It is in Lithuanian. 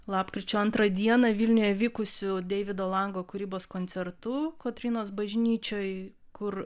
lapkričio antrą dieną vilniuje vykusiu deivido lango kūrybos koncertu kotrynos bažnyčioj kur